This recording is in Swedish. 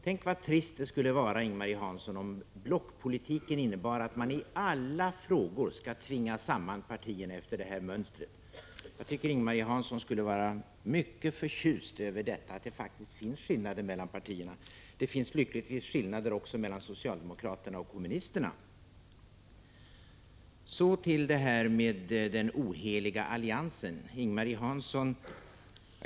Tänk vad trist det skulle vara, Ing-Marie Hansson, om blockpolitiken innebar att man i alla frågor skulle tvinga samman partierna efter det här mönstret! Jag tycker att Ing-Marie Hansson borde vara förtjust över att det faktiskt finns skillnader mellan partierna. Lyckligtvis finns det skillnader också mellan socialdemokraterna och kommunisterna. Så till talet om den oheliga alliansen.